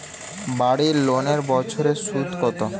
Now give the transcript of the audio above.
বাড়ি লোনের বছরে সুদ কত?